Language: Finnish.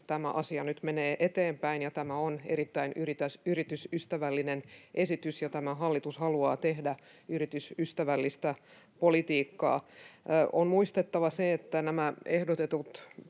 tämä asia nyt menee eteenpäin, ja tämä on erittäin yritysystävällinen esitys, ja tämä hallitus haluaa tehdä yritysystävällistä politiikkaa. On muistettava se, että nämä ehdotetut